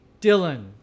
Dylan